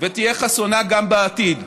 ותהיה חסונה גם בעתיד.